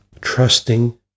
trusting